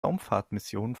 raumfahrtmissionen